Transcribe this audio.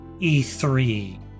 E3